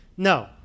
No